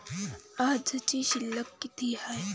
आजची शिल्लक किती हाय?